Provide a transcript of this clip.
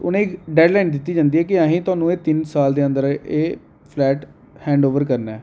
उ'नें गी डैड्डलाइन दित्ती जंदी ऐ कि असें गी कि थुहानूं ऐ तिन्न साल दे अंदर एह् फ्लैट हैंडओवर करना ऐ